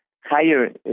higher